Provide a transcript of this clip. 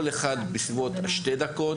כל אחד בסביבות שתי דקות,